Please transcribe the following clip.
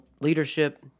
leadership